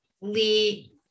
Lee